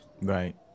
Right